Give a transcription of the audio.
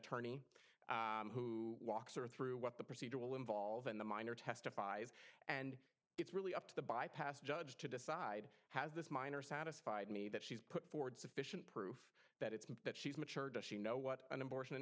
attorney who walks or through what the procedure will involve in the minor testifies and it's really up to the bypass judge to decide has this minor satisfied me that she's put forward sufficient proof that it's that she's mature does she know what an abortion